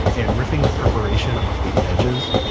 and ripping the perforation off the edges,